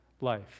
life